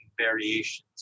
variations